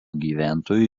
gyventojų